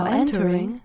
entering